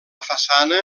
façana